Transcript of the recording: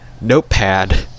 notepad